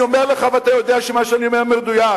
אני אומר לך, ואתה יודע שמה שאני אומר מדויק: